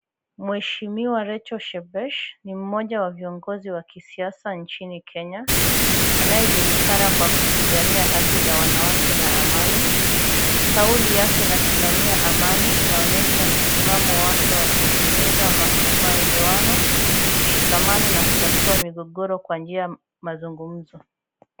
Mheshimiwa Rachel Shebesh, ni mmoja wa viongozi wa kisiasa nchini Kenya, anayejulikana kwa kupigania haki za wanawake na amani. Kauli yake nasimamia amani inaonyesha msimamo wake wa kuhimiza maelewano, mshikamano na kutatua migogoro kwa njia mazungumzo.